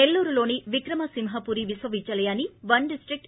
నెల్లూరులోని విక్రమ సింహపురి విశ్వవిద్యాన్ని one district